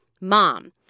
Mom